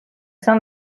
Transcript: sein